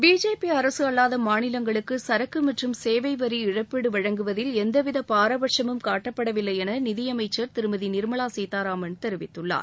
BJP அரசு அல்லாத மாநிலங்களுக்கு சரக்கு மற்றும் சேவை வரி இழப்பீடு வழங்குவதில் எந்தவித பாரபட்சமும் காட்டப்படவில்லை என நிதியமைச்சர் திருமதி நிர்மலா சீத்தாராமன் தெரிவித்துள்ளார்